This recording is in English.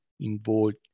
Involved